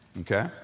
Okay